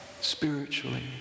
spiritually